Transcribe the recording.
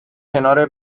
کنار